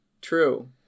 true